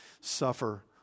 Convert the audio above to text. suffer